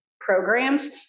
programs